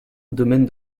domaine